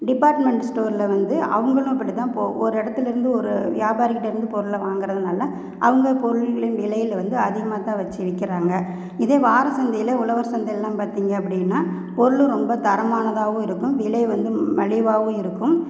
department ஸ்டோரில் வந்து அவங்களும் அப்படி தான் இப்போ ஒரு இடத்துலேருந்து ஒரு வியாபாரிகிட்டேயிருந்து பொருளை வாங்குறதுனால அவுங்க பொருட்களின் விலையில் வந்து அதிகமாக தான் வெச்சி விற்கிறாங்க இதே வார சந்தையில் உழவர் சந்தையிலலாம் பார்த்திங்க அப்படின்னா பொருளும் ரொம்ப தரமானதாகவும் இருக்கும் விலை வந்து மலிவாகவும் இருக்கும்